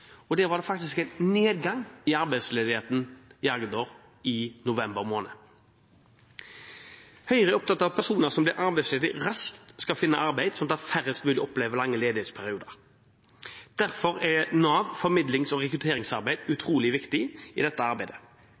ledighet. Det var faktisk en nedgang i arbeidsledigheten i Vest-Agder i november måned. Høyre er opptatt av at personer som blir arbeidsledige, raskt skal finne arbeid slik at færrest mulig opplever lange ledighetsperioder. Derfor er Navs formidlings- og rekrutteringsarbeid utrolig viktig. Arbeidsmarkedstiltak er et viktig virkemiddel, og Høyre er derfor glad for at regjeringen i